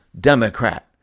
Democrat